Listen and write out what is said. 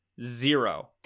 zero